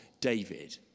David